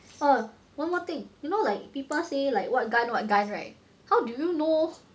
oh one more thing you know like people say like what gun what guys right how do you know